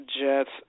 Jets